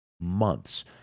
months